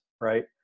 right